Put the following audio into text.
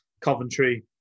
Coventry